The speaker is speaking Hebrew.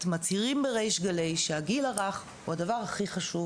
מצהירות בריש גלי שהגיל הרך זה הדבר הכי חשוב